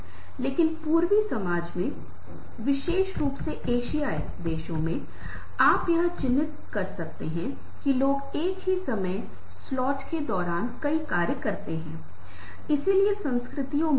वहाँ 2 रंग हैं एक अग्रभूमि रंग है एक पृष्ठभूमि रंग है और वे शायद आप के बारे में पहले से ही सोचा है कि यह हरियाली सौंदर्य और उस से संबंधित सभी प्रकार की चीजों को दर्शाता है